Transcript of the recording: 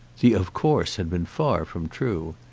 the of course had been far from true.